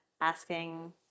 asking